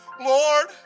Lord